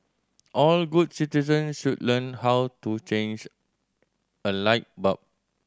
all good citizen should learn how to change a light bulb